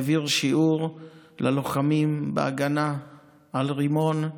הוא העביר שיעור ללוחמים בהגנה עם רימון,